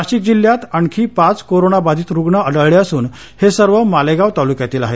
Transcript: नाशिक जिल्ह्यात आणखी पाच कोरोना बाधित रुग्ण आढळले असून हे सर्व मालेगाव तालुक्यातील आहेत